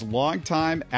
longtime